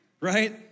right